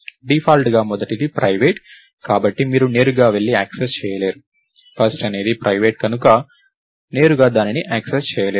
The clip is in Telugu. డిఫాల్ట్గా మొదటిది ప్రైవేట్ కాబట్టి మీరు నేరుగా వెళ్లి యాక్సెస్ చేయలేరు ఫస్ట్ అనేది ప్రైవేట్ కనుక నేరుగా దానిని యాక్సెస్ చేయలేరు